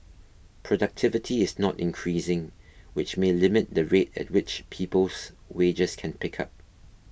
productivity is not increasing which me limit the rate at which people's wages can pick up